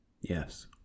Yes